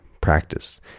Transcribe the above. practice